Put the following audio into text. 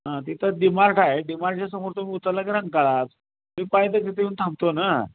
हां तिथं डिमार्ट आहे डीमार्टच्यासमोर तुम्ही उतरला की रंगळाच मी पाहिजे तर तिथं येऊन थांबतो ना